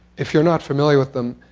if you're not familiar with them,